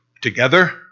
together